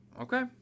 Okay